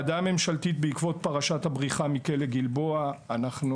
בעקבות פרשת הבריחה מכלא גלבוע אנחנו